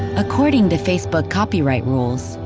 according to facebook copyright rules,